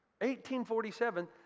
1847